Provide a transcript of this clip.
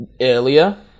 earlier